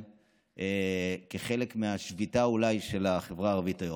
כחלק מהשביתה של החברה הערבית היום.